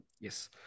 Yes